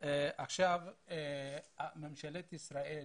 ממשלת ישראל